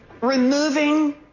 removing